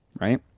right